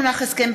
יואל חסון,